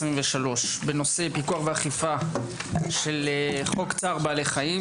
בנושא פיקוח ואכיפה של חוק צער בעלי חיים